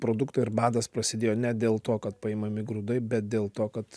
produktai ir badas prasidėjo ne dėl to kad paimami grūdai bet dėl to kad